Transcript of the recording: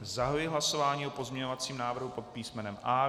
Zahajuji hlasování o pozměňovacím návrhu pod písmenem A.